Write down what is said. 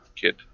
kid